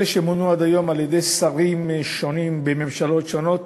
אלה שמונו עד היום על-ידי שרים שונים בממשלות שונות